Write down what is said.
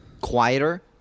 quieter